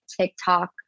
tiktok